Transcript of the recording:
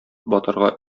батырга